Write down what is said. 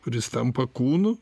kuris tampa kūnu